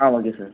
ah okay sir